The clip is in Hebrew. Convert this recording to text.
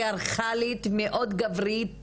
פטריארכלית, מאוד גברית